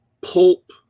pulp